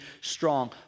strong